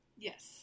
Yes